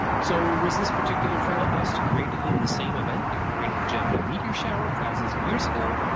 so, was this particular trail of dust created in the same event that created the geminid meteor shower thousands of years ago,